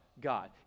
God